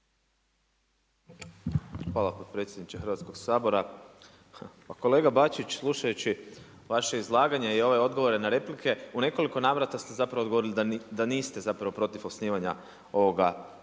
Hvala potpredsjedniče Hrvatskog sabora. Pa kolega Bačić, slušajući vaše izlaganje i ove odgovore na replike u nekoliko navrata ste odgovorili da niste protiv osnivanja ovoga